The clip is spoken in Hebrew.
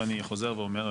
ואני חוזר ואומר,